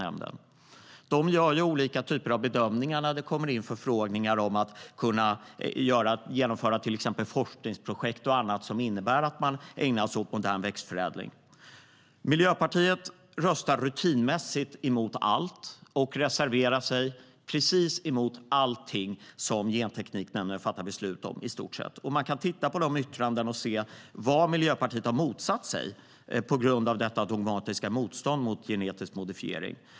Nämnden gör olika typer av bedömningar när det kommer in förfrågningar om att genomföra forskningsprojekt och annat som innebär att man ägnar sig åt modern växtförädling. Miljöpartiet röstar rutinmässigt emot allt och reserverar sig i stort sett mot precis allt Gentekniknämnden fattar beslut om. Man kan titta på yttrandena och se vad Miljöpartiet har motsatt sig på grund av detta dogmatiska motstånd mot genetisk modifiering.